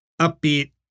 upbeat